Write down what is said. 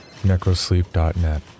necrosleep.net